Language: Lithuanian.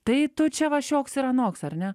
tai tu čia va šioks ir anoks ar ne